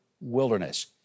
Wilderness